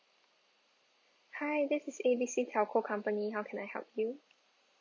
hi this is A B C telco company how can I help you